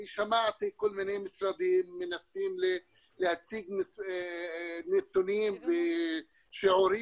אני שמעתי כל מיני משרדים מנסים להציג נתונים ושיעורים,